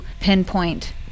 pinpoint